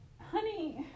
Honey